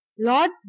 lord